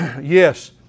Yes